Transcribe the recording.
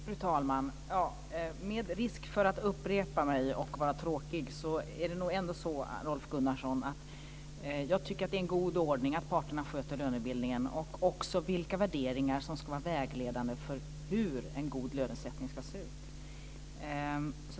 Fru talman! Med risk för att upprepa mig och vara tråkig, tycker jag att det är en god ordning att parterna sköter lönebildningen och avgör vilka värderingar som ska vara vägledande för hur en god lönesättning ska se ut.